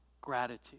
gratitude